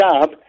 job